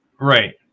right